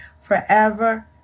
forever